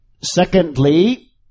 Secondly